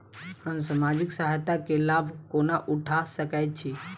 हम सामाजिक सहायता केँ लाभ कोना उठा सकै छी?